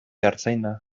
artzaina